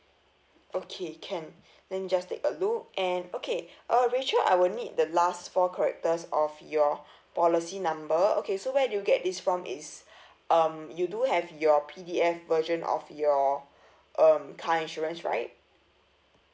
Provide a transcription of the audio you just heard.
okay can let me just take a look and okay uh rachel I will need the last four characters of your policy number okay so where do you get this from is um you do have your P_D_F version of your um car insurance right